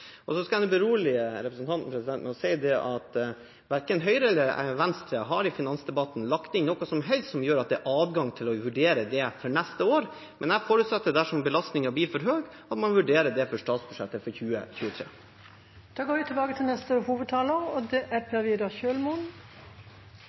Så skal jeg berolige representanten med å si at verken Høyre eller Venstre i finansdebatten har lagt inn noe som helst som gjør at det er adgang til å vurdere det for neste år, men jeg forutsetter, dersom belastningen blir for høy, at man vurderer det for statsbudsjettet for 2023. Replikkordskiftet er omme. Denne høsten fikk vi som kjent et regjeringsskifte der Arbeiderpartiet og